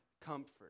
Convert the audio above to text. comfort